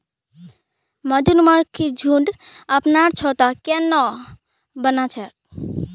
मधुमक्खिर झुंड अपनार छत्ता केन न बना छेक